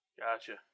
Gotcha